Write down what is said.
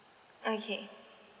okay